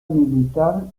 militar